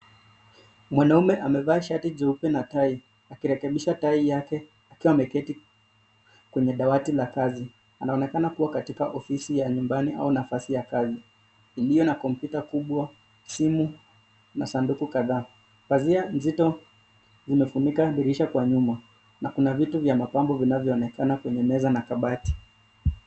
Mwanaume amevaa shati jeupe na tai akirekebisha tai yake akiwa ameketi kwenye dawati la kazi. Anaonekana kuwa katika ofisi ya nyumbani au nafasi ya kazi iliyo na kompyuta kubwa, simu na sanduku kadhaa. Pazia nzito zimefunika dirisha kwa nyuma na kuna vitu vya mapambo vinavyoonekana kwenye meza na kabati.